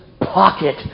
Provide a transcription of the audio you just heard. pocket